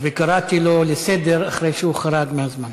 וקראתי אותו לסדר אחרי שהוא חרג מהזמן.